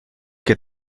que